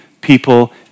people